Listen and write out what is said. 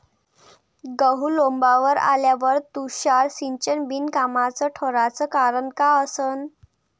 गहू लोम्बावर आल्यावर तुषार सिंचन बिनकामाचं ठराचं कारन का असन?